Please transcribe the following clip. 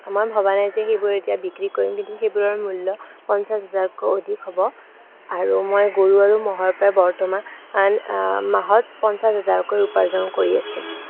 মই ভবা নাই যে সেইবোৰ এতিয়া বিক্ৰী কৰিম বুলি সেইবোৰৰ মূল্য পঞ্চাছ হাজাৰতকৈ অধিক হ'ব আৰু মই গৰু আৰু ম'হৰ পৰা বৰ্তমান মাহত পঞ্চাছ হাজাৰকৈ উপাৰ্জন কৰি আছোঁ